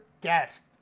guest